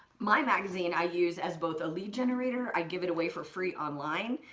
my magazine i use as both a lead generator, i give it away for free online.